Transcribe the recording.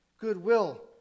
goodwill